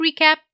recap